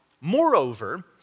Moreover